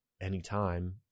anytime